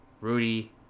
rudy